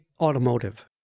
automotive